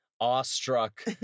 awestruck